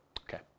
Okay